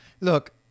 Look